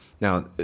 now